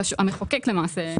המחוקק למעשה.